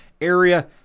area